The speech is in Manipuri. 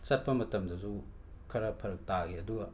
ꯆꯠꯄ ꯃꯇꯝꯗꯁꯨ ꯈꯔ ꯐꯔꯛ ꯇꯥꯈꯤ ꯑꯗꯨꯒ